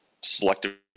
selective